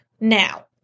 Now